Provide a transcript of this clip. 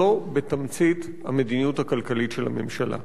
זאת בתמצית המדיניות הכלכלית של הממשלה.